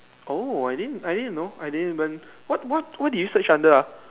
oh I didn't I didn't know I didn't even what what did you search under ah